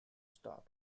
star